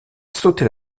sauté